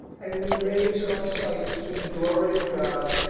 and we raise our sights to the glory of god.